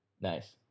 Nice